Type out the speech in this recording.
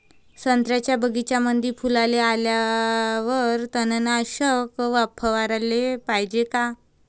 संत्र्याच्या बगीच्यामंदी फुलाले आल्यावर तननाशक फवाराले पायजे का?